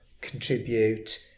contribute